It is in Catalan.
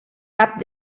cap